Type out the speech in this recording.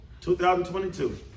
2022